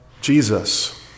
Jesus